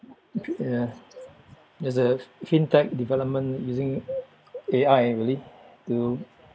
yeah there's a hintech development using A_I really to